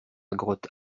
grotte